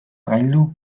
gailu